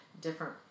different